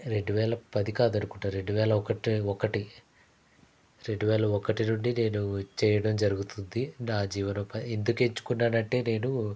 రెండువేల పది కాదనుకుంటా రెండువేల ఒకటి ఒకటి రెండువేల ఒకటి నుండి నేను ఇది చేయడం జరుగుతుంది నా జీవనోపాధి ఎందుకు ఎంచుకున్నానంటే నేను